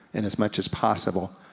and as much as possible,